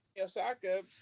Osaka